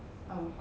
oh